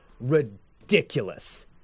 ridiculous